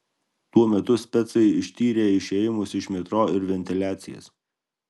tuo metu specai ištyrė išėjimus iš metro ir ventiliacijas